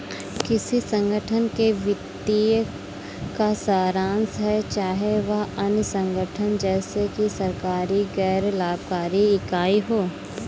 किसी संगठन के वित्तीय का सारांश है चाहे वह अन्य संगठन जैसे कि सरकारी गैर लाभकारी इकाई हो